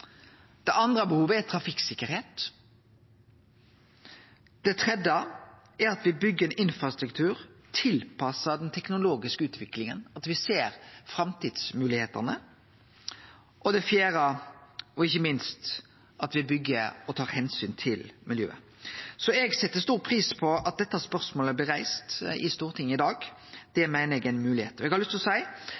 Det andre behovet er trafikksikkerheit. Det tredje er at me byggjer ein infrastruktur som er tilpassa den teknologiske utviklinga, at me ser framtidsmoglegheitene. Det fjerde – ikkje minst – er at me byggjer og tar omsyn til miljøet. Eg set stor pris på at dette spørsmålet blir reist i Stortinget i dag. Det meiner eg er ei moglegheit. Eg har lyst til å seie